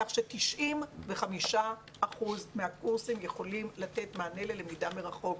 כך ש-95% מהקורסים יכולים לתת מענה ללמידה מרחוק.